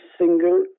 single